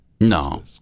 No